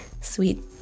sweet